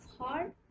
hard